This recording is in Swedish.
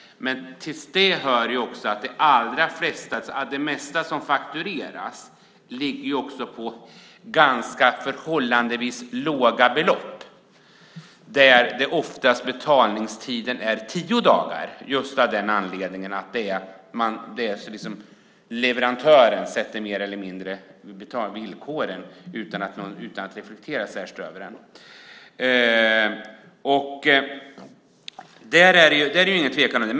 Men det mesta som faktureras ligger på förhållandevis låga belopp där betalningstiden oftast är tio dagar just av den anledningen att leverantören mer eller mindre sätter upp villkoren utan att reflektera särskilt över det.